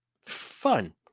Fun